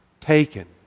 taken